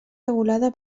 regulada